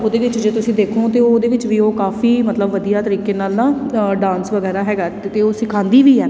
ਉਹਦੇ ਵਿੱਚ ਜੇ ਤੁਸੀਂ ਦੇਖੋ ਤਾਂ ਉਹ ਉਹਦੇ ਵਿੱਚ ਵੀ ਉਹ ਕਾਫੀ ਮਤਲਬ ਵਧੀਆ ਤਰੀਕੇ ਨਾਲ ਨਾ ਅ ਡਾਂਸ ਵਗੈਰਾ ਹੈਗਾ ਅਤੇ ਉਹ ਸਿਖਾਉਂਦੀ ਵੀ ਹੈ